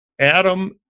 Adam